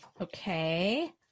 Okay